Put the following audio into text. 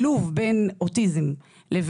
תוכנית זו בעצם פותחה מכיוון שידענו שילדים נמצאים